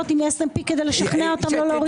עם S&P כדי לשכנע אותם לא להוריד את תחזית הצמיחה.